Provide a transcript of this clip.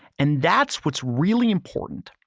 and that's what's really important,